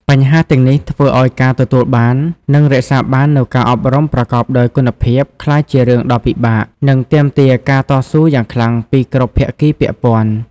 បញ្ហាទាំងនេះធ្វើឱ្យការទទួលបាន និងរក្សាបាននូវការអប់រំប្រកបដោយគុណភាពក្លាយជារឿងដ៏ពិបាក និងទាមទារការតស៊ូយ៉ាងខ្លាំងពីគ្រប់ភាគីពាក់ព័ន្ធ។